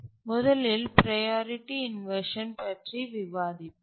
முதலில் priority inversion பற்றி விவாதிப்போம்